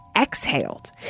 exhaled